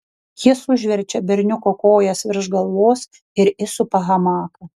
jis užverčia berniuko kojas virš galvos ir įsupa hamaką